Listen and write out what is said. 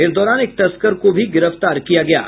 इस दौरान एक तस्कर को भी गिरफ्तार किया गया है